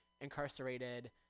incarcerated